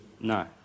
No